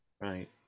Right